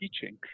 teaching